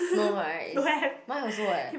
no right it's mine also what